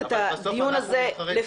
ובסוף אנחנו נבחרי ציבור ויש לנו מנהיגות.